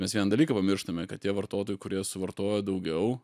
mes vieną dalyką pamirštame kad tie vartotojai kurie suvartoja daugiau